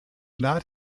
not